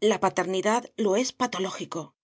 la paternidad lo es patológico